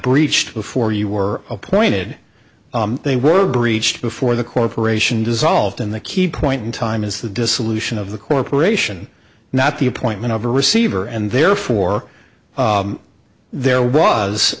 breached before you were appointed they were breached before the corporation dissolved in the key point in time is the dissolution of the corporation not the appointment of a receiver and therefore there